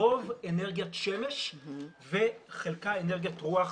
הרוב אנרגיית שמש וחלקה אנרגיית רוח